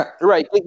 Right